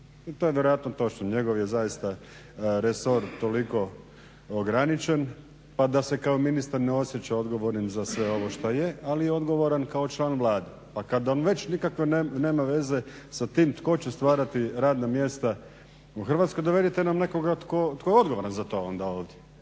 To je vjerojatno točno. Njegov je zaista resor toliko ograničen pa da se kao ministar ne osjeća odgovornim za sve ovo što je, ali je odgovoran kao član Vlade. Pa kad on već nikako nema veze sa tim tko će stvarati radna mjesta u Hrvatskoj dovedite nam nekoga tko je odgovoran za to onda.